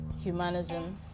humanism